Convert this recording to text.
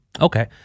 Okay